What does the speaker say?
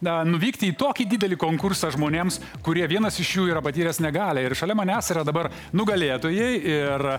nuvykti į tokį didelį konkursą žmonėms kurie vienas iš jų yra patyręs negalią ir šalia manęs yra dabar nugalėtojai ir